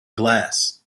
glass